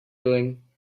doing